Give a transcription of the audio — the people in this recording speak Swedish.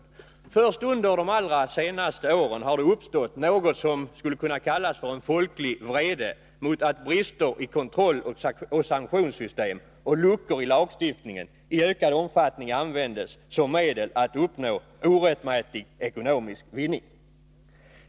Först under de allra senaste åren har det uppstått något som kan kallas för en folklig vrede mot att brister i kontrolloch sanktionssystem och luckor i lagstiftningen i ökad omfattning används som medel att uppnå orättmätig ekonomisk vinning.